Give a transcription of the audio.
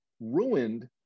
ruined